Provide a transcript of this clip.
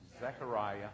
Zechariah